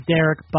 Derek